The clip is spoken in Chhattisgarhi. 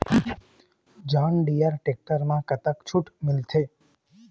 जॉन डिअर टेक्टर म कतक छूट मिलथे?